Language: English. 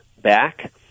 back